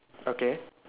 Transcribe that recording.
okay